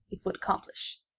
it would accomplish.